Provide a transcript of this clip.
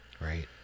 Right